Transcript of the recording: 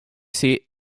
seat